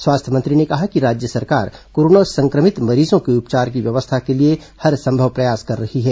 स्वास्थ्य मंत्री ने कहा कि राज्य सरकार कोरोना संक्रमित मरीजों के उपचार की व्यवस्था के लिए हरसंभव प्रयास कर रही है